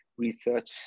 research